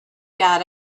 got